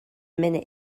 minute